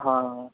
ਹਾਂ